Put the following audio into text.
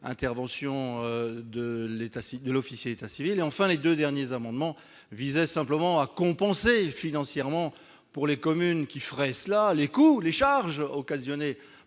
intervention de l'État de l'officier d'état civil et enfin les 2 derniers amendements visaient simplement à compenser financièrement pour les communes qui ferait cela les coûts, les charges occasionnées